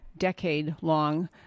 decade-long